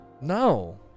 No